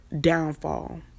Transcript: downfall